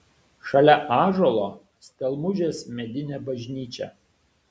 šalia ąžuolo stelmužės medinė bažnyčia